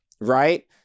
Right